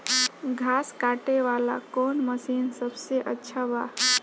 घास काटे वाला कौन मशीन सबसे अच्छा बा?